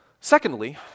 Secondly